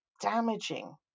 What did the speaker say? damaging